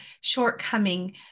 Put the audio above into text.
shortcoming